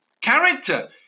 character